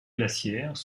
glaciaires